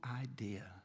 idea